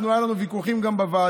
היו לנו ויכוחים גם בוועדה,